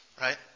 Right